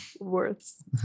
Worth